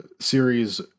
series